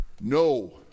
no